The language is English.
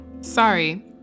Sorry